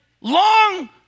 long